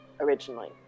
originally